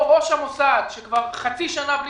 האם את ראש המוסד שכבר חצי שנה נמצא בלי